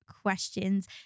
questions